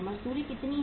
मजदूरी कितनी है